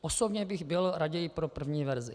Osobně bych byl raději pro první verzi.